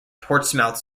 portsmouth